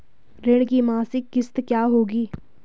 ऋण की मासिक किश्त क्या होगी?